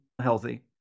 healthy